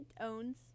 owns